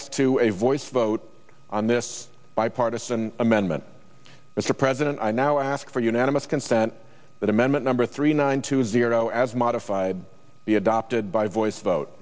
us to a voice vote on this bipartisan amendment mr president i now ask for unanimous consent that amendment number three nine two zero as modified be adopted by voice